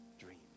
dreams